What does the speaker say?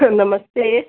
नमस्ते